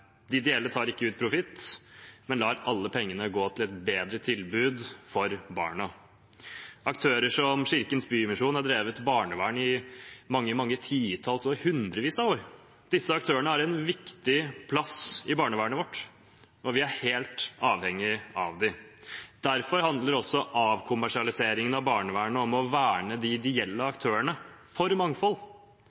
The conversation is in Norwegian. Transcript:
De ideelle tar ikke ut profitt, men lar alle pengene gå til et bedre tilbud for barna. Aktører som Kirkens Bymisjon har drevet barnevern i mange titalls år – hundrevis av år. Disse aktørene har en viktig plass i barnevernet vårt. Vi er helt avhengige av dem. Derfor handler også avkommersialiseringen av barnevernet om å verne de ideelle aktørene, for mangfold.